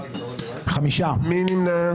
מי נמנע?